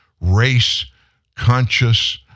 race-conscious